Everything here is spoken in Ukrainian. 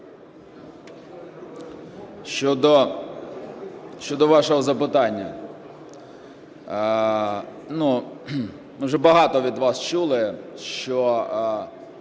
Щодо вашого запитання. Уже багато від вас чули, що